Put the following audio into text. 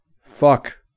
Fuck